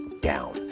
down